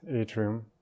atrium